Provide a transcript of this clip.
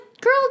girl